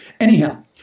Anyhow